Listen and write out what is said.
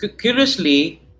curiously